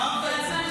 אמרת את זה.